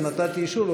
אז נתתי אישור.